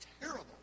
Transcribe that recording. terrible